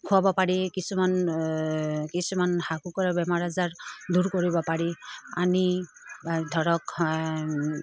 খোৱাব পাৰি কিছুমান কিছুমান হাঁহ কুকুৰাৰ বেমাৰ আজাৰ দূৰ কৰিব পাৰি আনি বা ধৰক